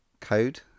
code